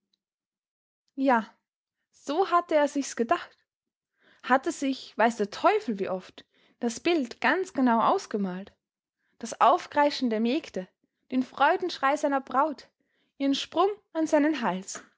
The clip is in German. ja so hatte er sich's gedacht hatte sich weiß der teufel wie oft das bild ganz genau ausgemalt das aufkreischen der mägde den freudenschrei seiner braut ihren sprung an seinen hals